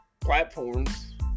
platforms